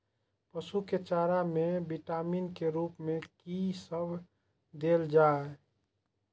पशु के चारा में विटामिन के रूप में कि सब देल जा?